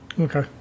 okay